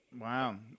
Wow